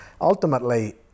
Ultimately